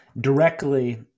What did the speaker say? directly